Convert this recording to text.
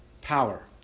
power